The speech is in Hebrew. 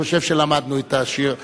אני חושב שלמדנו את השיר.